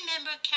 remember